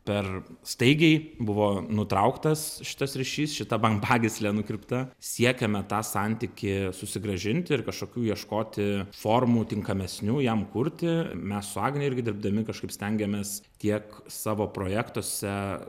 per staigiai buvo nutrauktas šitas ryšys šita bambagyslė nukirpta siekiame tą santykį susigrąžint ir kažkokių ieškoti formų tinkamesnių jam kurti mes su agne irgi dirbdami kažkaip stengiamės tiek savo projektuose